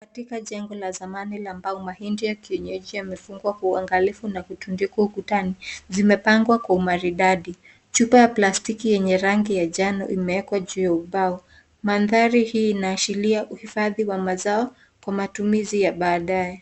Katika jengo la zamani la mbao mahindi ya kienyeji yamefungwa kwa uangalifu na kutundikwa ukutani, zimepangwa kwa umaridadi. Chupa ya plastiki yenye rangi ya njano imewekwa ju ya umbao. Maandhari hii inaashiria uhifadhi wa mazao kwa matumizi ya baadaye.